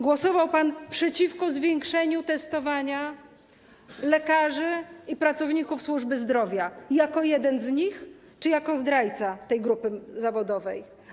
Głosował pan przeciwko zwiększeniu testowania lekarzy i pracowników służby zdrowia - jako jeden z nich czy jako zdrajca tej grupy zawodowej?